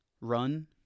run